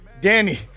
Danny